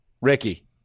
Ricky